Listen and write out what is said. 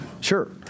Sure